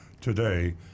today